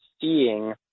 seeing